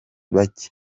bake